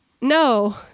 No